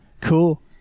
Cool